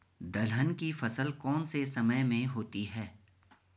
दलहन की फसल कौन से समय में होती है?